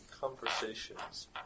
conversations